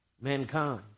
mankind